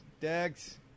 Dags